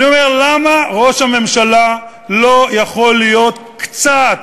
אני אומר: למה ראש הממשלה לא יכול להיות קצת